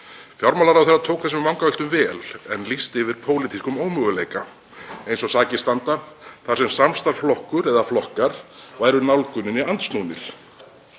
Fjármálaráðherra tók þessum vangaveltum vel en lýsti yfir pólitískum ómöguleika eins og sakir standa þar sem samstarfsflokkur eða -flokkar væru nálguninni andsnúnir.